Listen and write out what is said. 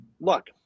Look